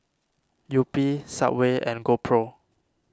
Yupi Subway and GoPro